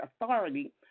authority